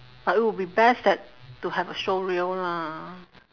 but it would be best that to have a showreel lah